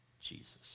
Jesus